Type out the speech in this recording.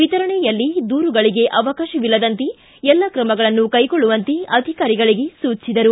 ವಿತರಣೆಯಲ್ಲಿ ದೂರುಗಳಿಗೆ ಅವಕಾಶವಿಲ್ಲದಂತೆ ಎಲ್ಲ ಕ್ರಮಗಳನ್ನು ಕೈಗೊಳ್ಳುವಂತೆ ಅಧಿಕಾರಿಗಳಿಗೆ ಸೂಚಿಸಿದರು